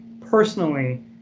personally